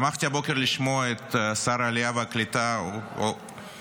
שמחתי הבוקר לשמוע את שר העלייה והקליטה אופיר